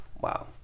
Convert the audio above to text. Wow